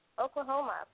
Oklahoma